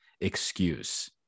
excuse